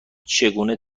چگونه